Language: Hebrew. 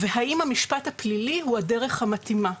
והאם המשפט הפלילי הוא הדרך המתאימה.